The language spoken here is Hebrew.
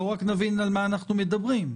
בואו נבין על מה אנחנו מדברים.